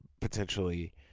potentially